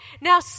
now